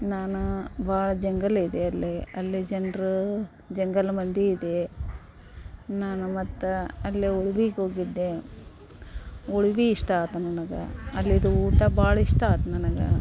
ನಾನು ಭಾಳ ಜಂಗಲ್ ಇದೆ ಅಲ್ಲಿ ಅಲ್ಲಿ ಜನ್ರು ಜಂಗಲ್ ಮಂದಿ ಇದೆ ನಾನು ಮತ್ತು ಅಲ್ಲೇ ಉಳವಿಗೋಗಿದ್ದೆ ಉಳವಿ ಇಷ್ಟ ಆಯಿತು ನನಗೆ ಅಲ್ಲಿಯದು ಊಟ ಭಾಳಿಷ್ಟ ಆತು ನನಗೆ